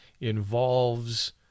involves